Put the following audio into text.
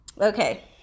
okay